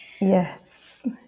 Yes